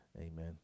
Amen